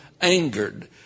angered